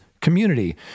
community